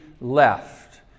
left